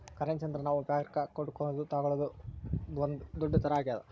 currency ಅಂದ್ರ ನಾವ್ ವ್ಯಾಪರಕ್ ಕೊಡೋದು ತಾಗೊಳೋದು ಒಂದ್ ದುಡ್ಡು ತರ ಆಗ್ಯಾದ